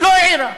לא העירה.